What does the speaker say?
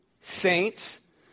Saints